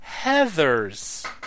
Heathers